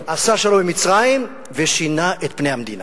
עשה שלום עם מצרים, ושינה את פני המדינה.